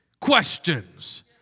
Questions